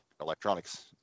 electronics